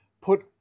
put